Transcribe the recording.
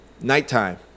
nighttime